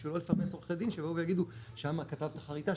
בשביל לא לפרנס עורכי דין שיבואו ויגידו שם כתבת חריטה,